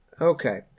Okay